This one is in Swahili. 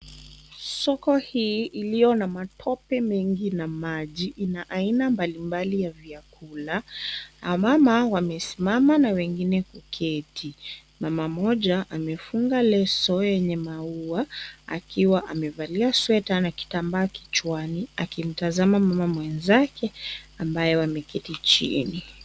Soko hii ilio na matope mengi ina maji na aina mbalimbali ya vyakula wamama wamesimama na wengine kuketi, mama mmoja amefunga leso ya maua akiwa amevalia sweta na kitambaa kichwani akimtazama mwenzake ambaye ameketi chini.